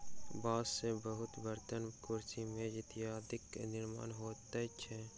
बांस से बहुत बर्तन, कुर्सी, मेज इत्यादिक निर्माण होइत अछि